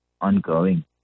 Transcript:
ongoing